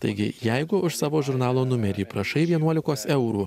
taigi jeigu už savo žurnalo numerį prašai vienuolikos eurų